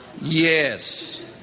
Yes